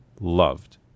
loved